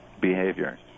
behavior